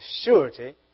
surety